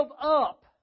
up